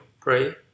pray